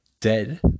dead